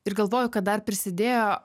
ir galvoju kad dar prisidėjo